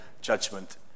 judgment